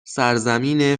سرزمین